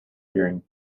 during